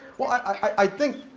well i think,